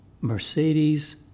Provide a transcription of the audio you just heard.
Mercedes